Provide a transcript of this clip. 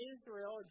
Israel